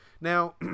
Now